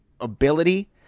ability